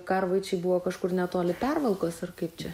karvaičiai buvo kažkur netoli pervalkos ir kaip čia